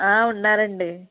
ఉన్నారు అండి